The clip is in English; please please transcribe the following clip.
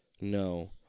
No